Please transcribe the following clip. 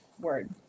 word